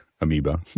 amoeba